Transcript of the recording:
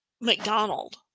McDonald